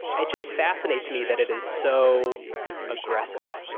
it just fascinates me that it is so aggressive.